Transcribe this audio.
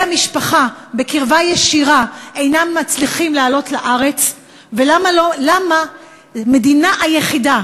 המשפחה מקרבה ישירה אינם מצליחים לעלות לארץ ולמה המדינה היחידה